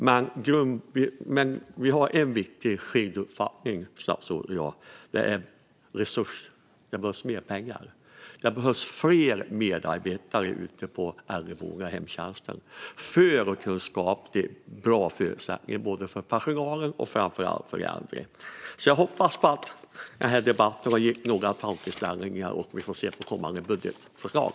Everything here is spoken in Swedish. Men en viktig sak skiljer mellan statsrådets uppfattning och min uppfattning, och det gäller resurser. Det behövs mer pengar, och det behövs fler medarbetare på äldreboendena och i hemtjänsten. Kunskap ger bra förutsättningar för personalen och framför allt för de äldre. Jag hoppas att denna debatt har gett några tankeställare och att detta visar sig i kommande budgetförslag.